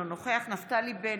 אינו נוכח נפתלי בנט,